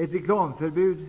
Ett reklamförbud